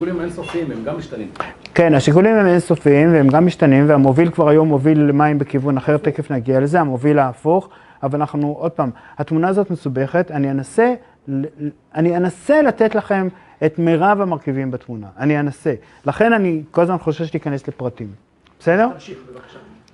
השיקולים הם אינסופיים והם גם משתנים. כן, השיקולים הם אינסופיים והם גם משתנים והמוביל כבר היום מוביל למים בכיוון אחר, תכף נגיע לזה, המוביל ההפוך. אבל אנחנו עוד פעם, התמונה הזאת מסובכת, אני אנסה, אני אנסה לתת לכם את מירב המרכיבים בתמונה, אני אנסה. לכן אני כל הזמן חושב שאני אכנס לפרטים. בסדר? תמשיך בבקשה.